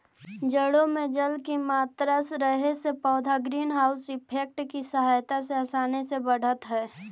जड़ों में जल की मात्रा रहे से पौधे ग्रीन हाउस इफेक्ट की सहायता से आसानी से बढ़त हइ